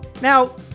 Now